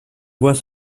vois